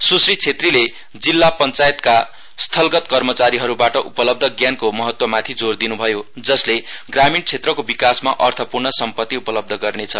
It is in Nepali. स्श्री छेत्रीले जिल्ला पञ्चायतका स्थलगत कर्मचारीहरुबाट उपलब्ध ज्ञानको महत्वमाथि जोर दिन्भयो जसले ग्रामीण क्षेत्रको विकासमा अर्थपूर्ण सम्पति उपलब्ध गर्नेछ